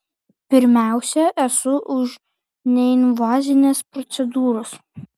pirmiausia esu už neinvazines procedūras